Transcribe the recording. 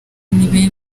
imbere